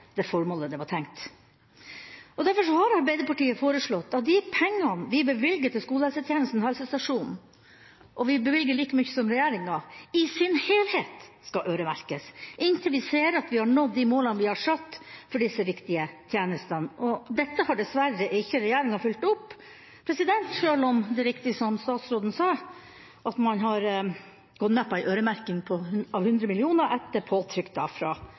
det formålet de var tiltenkt. Derfor har Arbeiderpartiet foreslått at de pengene vi bevilger til skolehelsetjenesten og helsestasjonene – og vi bevilger like mye som regjeringa – i sin helhet skal øremerkes, inntil vi ser at vi har nådd de målene vi har satt for disse viktige tjenestene. Dette har dessverre ikke regjeringa fulgt opp, sjøl om det er riktig som statsråden sa, at man har gått med på en øremerking av 100 mill. kr etter påtrykk fra